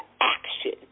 action